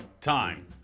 time